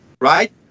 Right